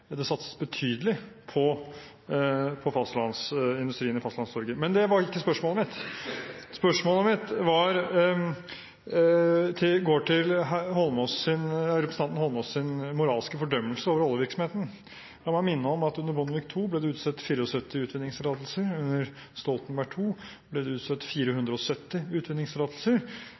det satses betydelig på industrien i Fastlands-Norge. Men det var ikke det spørsmålet mitt gjaldt. Spørsmålet mitt er knyttet til representanten Eidsvoll Holmås’ moralske fordømmelse av oljevirksomheten. La meg minne om at det under Bondevik II-regjeringen ble utstedt 74 utvinningstillatelser. Under Stoltenberg II-regjeringen ble det utstedt 470